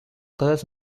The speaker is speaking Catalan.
coses